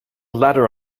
ladder